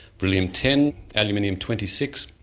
beryllium ten, aluminium twenty six,